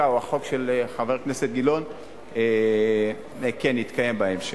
או החוק של חבר הכנסת גילאון כן יתקיים בהמשך.